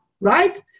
right